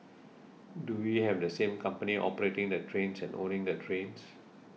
do we have the same company operating the trains and owning the trains